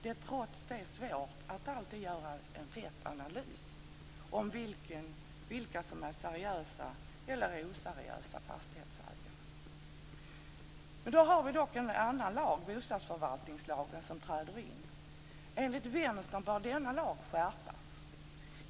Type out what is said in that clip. Det är trots det svårt att alltid göra rätt analys av vilka som är seriösa eller oseriösa fastighetsägare. Då har vi dock en annan lag, bostadsförvaltningslagen, som träder in. Enligt Vänstern bör denna lag skärpas.